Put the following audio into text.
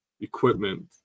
equipment